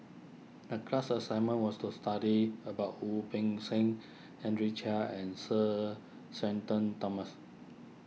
the class assignment was to study about Wu Peng Seng Henry Chia and Sir Shenton Thomas